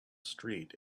street